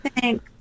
Thank